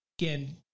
again